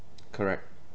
correct